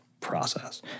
process